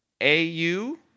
A-U